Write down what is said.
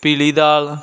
ਪੀਲੀ ਦਾਲ